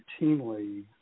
routinely